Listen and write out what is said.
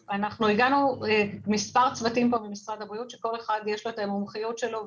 הגיעו מספר צוותים ממשרד הבריאות שלכל אחד יש את המומחיות שלו.